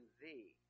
thee